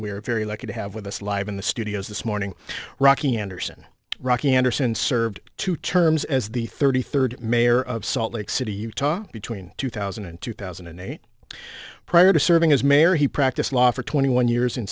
are very lucky to have with us live in the studios this morning rocky anderson rocky anderson served two terms as the thirty third mayor of salt lake city utah between two thousand and two thousand and eight prior to serving as mayor he practiced law for twenty one years in